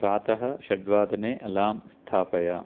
प्रातः षड्वादने अलार्म् स्थापय